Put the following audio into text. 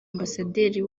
ambasaderi